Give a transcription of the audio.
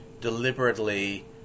deliberately